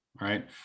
right